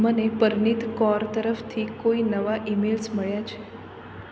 મને પરનીત કૌર તરફથી કોઈ નવા ઈમેઈલ્સ મળ્યા છે